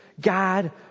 God